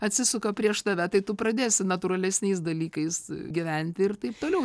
atsisuka prieš tave tai tu pradėsi natūralesniais dalykais gyventi ir taip toliau